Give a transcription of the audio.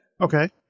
Okay